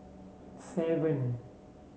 seven